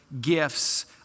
gifts